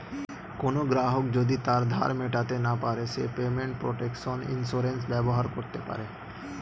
কোনো গ্রাহক যদি তার ধার মেটাতে না পারে সে পেমেন্ট প্রটেকশন ইন্সুরেন্স ব্যবহার করতে পারে